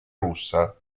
russa